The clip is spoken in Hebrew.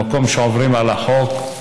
במקום שעוברים על החוק,